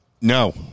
No